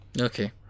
Okay